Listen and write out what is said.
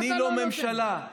אני לא ממשלה.